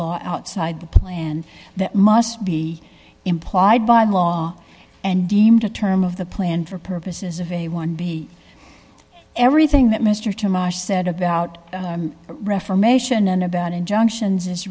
law outside the plan that must be implied by the law and deemed a term of the plan for purposes of a one b everything that mr tomar said about reformation and about injunctions is